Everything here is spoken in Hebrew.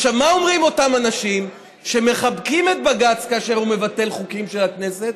מה אומרים אותם אנשים שמחבקים את בג"ץ כאשר הוא מבטל חוקים של הכנסת?